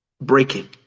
breaking